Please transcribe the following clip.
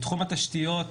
בתחום התשתיות,